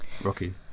Rocky